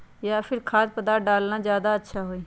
या फिर खाद्य पदार्थ डालना ज्यादा अच्छा होई?